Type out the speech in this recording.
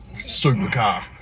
supercar